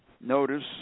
notice